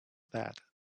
that